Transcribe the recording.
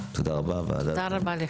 תודה רבה,